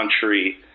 country